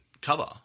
cover